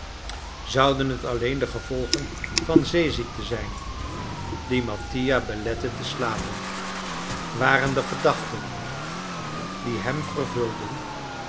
zouden het alleen de gevolgen van zeeziekte zijn die mattia beletten te slapen waren de gedachten die hem vervulden